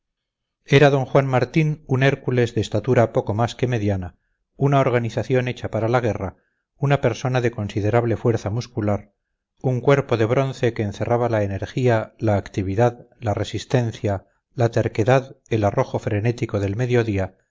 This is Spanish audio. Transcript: era d juan martín un hércules de estatura poco más que mediana una organización hecha para la guerra una persona de considerable fuerza muscular un cuerpo de bronce que encerraba la energía la actividad la resistencia la terquedad el arrojo frenético del mediodía